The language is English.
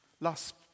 Last